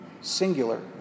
singular